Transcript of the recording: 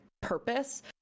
purpose